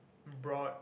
brought